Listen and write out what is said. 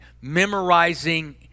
memorizing